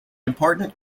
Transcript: important